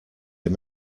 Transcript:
him